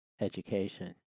education